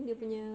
hmm